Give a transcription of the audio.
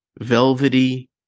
velvety